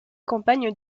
campagne